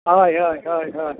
हय हय हय हय